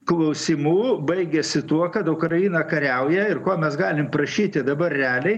klausimų baigiasi tuo kad ukraina kariauja ir ko mes galime prašyti dabar realiai